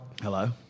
Hello